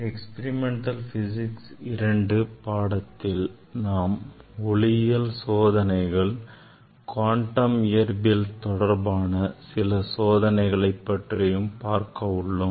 Experimental Physics II பாடத்தில் நாம் ஒளியியல் சோதனைகள் குவாண்டம் இயற்பியல் தொடர்பான சில சோதனைகளை பற்றியும் பார்க்க உள்ளோம்